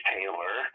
Taylor